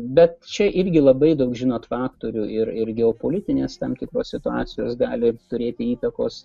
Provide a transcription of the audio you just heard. bet čia irgi labai daug žinot faktorių ir ir geopolitinės tam tikros situacijos gali turėti įtakos